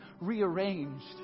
rearranged